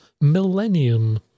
millennium